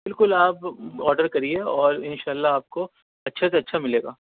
بالکل آپ آڈر کریے اور ان شاء اللہ آپ کو اچھے سے اچھا ملے گا